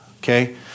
Okay